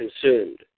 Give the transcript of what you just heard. consumed